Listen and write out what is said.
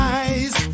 eyes